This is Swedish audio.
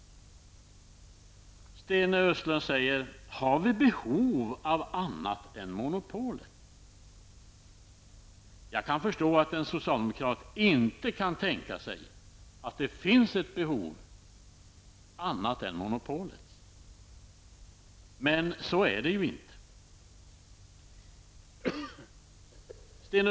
Sten Östlund frågar: Har vi behov av annat än monopol? Jag kan förstå att en socialdemokrat inte kan tänka sig att det finns behov av någonting annat än monopol. Men så är det inte i verkligheten.